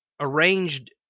arranged